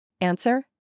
Answer